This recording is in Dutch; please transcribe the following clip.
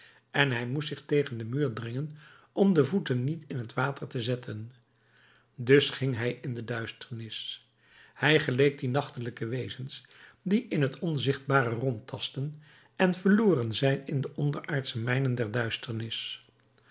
en hij moest zich tegen den muur dringen om de voeten niet in het water te zetten dus ging hij in de duisternis hij geleek die nachtelijke wezens die in het onzichtbare rondtasten en verloren zijn in de onderaardsche mijnen der duisternis